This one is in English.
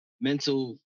mental